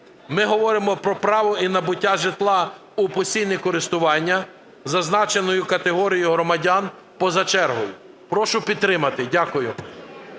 Ми говоримо про право і набуття житла у постійне користування зазначеною категорією громадян поза чергою. Прошу підтримати. Дякую.